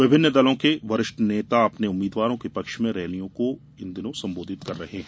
विभिन्न दलों के वरिष्ठ नेता अपने उम्मीदवारों के पक्ष में रैलियों को संबोधित कर रहे हैं